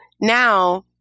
now